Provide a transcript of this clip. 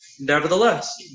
Nevertheless